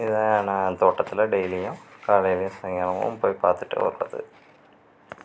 இதுதான் நான் தோட்டத்தில் டெய்லியும் காலைலேயும் சாயங்காலமும் போய் பார்த்துட்டு வர்றது